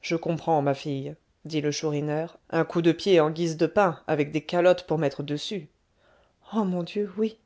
je comprends ma fille dit le chourineur un coup de pied en guise de pain avec des calottes pour mettre dessus oh mon dieu oui